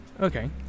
Okay